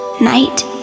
night